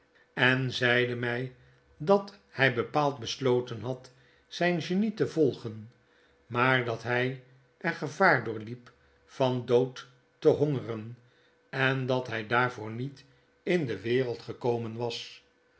en zeide mij dat hij bepaald besloten had zijn genie te volgen maar dat hy er gevaar door fiep van dood te hongeren en dat by daarvoor niet in de wereld gekomen was